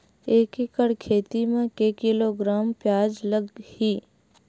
एक एकड़ खेती म के किलोग्राम प्याज लग ही?